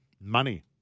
Money